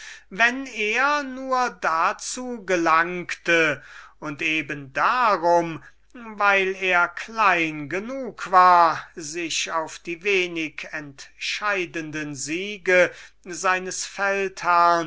wenn er nur dazu gelangte und ob er gleich klein genug war sich auf die zwar wenig entscheidende aber desto prahlerischer vergrößerte siege seines